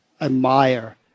admire